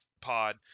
pod